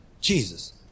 Jesus